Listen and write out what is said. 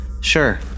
sure